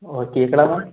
और केकड़ा मैम